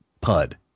pud